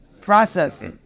process